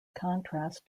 contrast